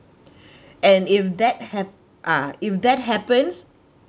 and if that hap~ ah if that happens